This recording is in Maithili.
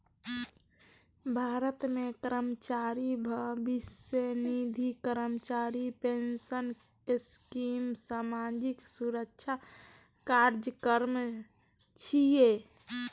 भारत मे कर्मचारी भविष्य निधि, कर्मचारी पेंशन स्कीम सामाजिक सुरक्षा कार्यक्रम छियै